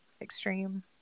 extreme